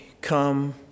come